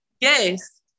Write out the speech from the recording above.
yes